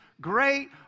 great